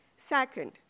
Second